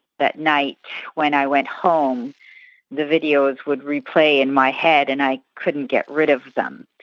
that night when i went home the videos would replay in my head and i couldn't get rid of them.